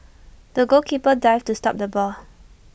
the goalkeeper dived to stop the ball